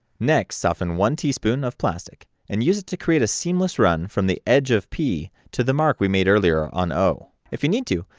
next, soften one tsp and of plastic and use it to create a seamless run from the edge of p to the mark we made earlier on o if you need to,